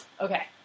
okay